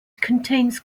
contains